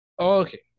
Okay